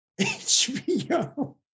HBO